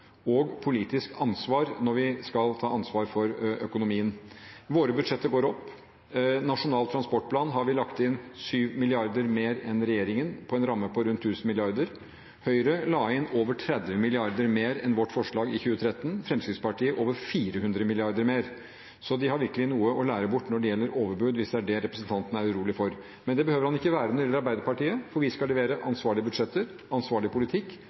ta politisk ansvar for økonomien. Våre budsjetter går opp. I Nasjonal transportplan har vi lagt inn 7 mrd. kr mer enn regjeringen på en ramme på rundt 1 000 mrd. kr. Høyre la inn over 30 mrd. kr mer enn vårt forslag i 2013, Fremskrittspartiet over 400 mrd. kr mer. Så de har virkelig noe å lære bort når det gjelder overbud, hvis det er det representanten er urolig for. Men det behøver han ikke være når det gjelder Arbeiderpartiet, for vi skal levere ansvarlige budsjetter, ansvarlig politikk